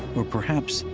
or, perhaps,